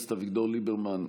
חבר הכנסת אביגדור ליברמן,